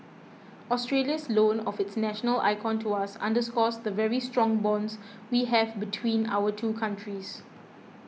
Australia's loan of its national icon to us underscores the very strong bonds we have between our two countries